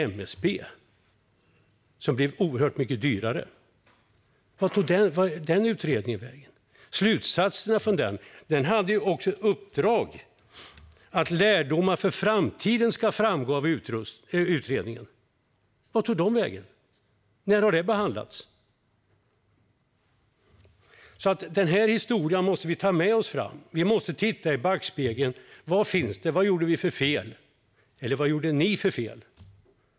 Men det blev oerhört mycket dyrare. Vart tog slutsatserna från den utredningen vägen? Man hade i uppdrag att lärdomar för framtiden skulle framgå av utredningen. Vart tog de vägen? När har detta behandlats? Denna historia måste vi ta med oss. Vi måste titta i backspegeln och se vad vi, eller ni, gjorde för fel.